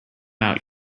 out